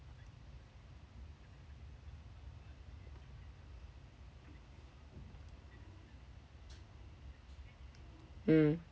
mm